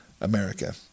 America